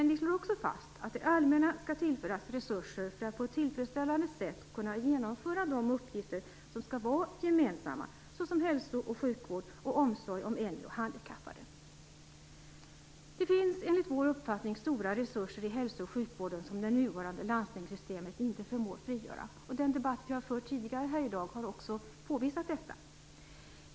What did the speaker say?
Vi slår också fast att det allmänna skall tillföras resurser för att på ett tillfredsställande sätt kunna genomföra de uppgifter som skall vara gemensamma, såsom hälso och sjukvård och omsorg om äldre och handikappade. Det finns enligt vår uppfattning stora resurser i hälso och sjukvården som det nuvarande landstingssystemet inte förmår frigöra. Den debatt vi har fört tidigare här i dag har också påvisat detta.